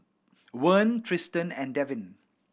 Vern Triston and Devin